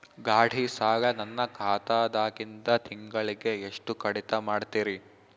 ಗಾಢಿ ಸಾಲ ನನ್ನ ಖಾತಾದಾಗಿಂದ ತಿಂಗಳಿಗೆ ಎಷ್ಟು ಕಡಿತ ಮಾಡ್ತಿರಿ?